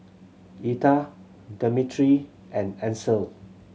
Etha Dimitri and Ancel